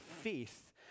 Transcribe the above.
faith